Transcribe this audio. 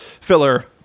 filler